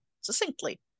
succinctly